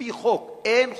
על-פי חוק אין חובה,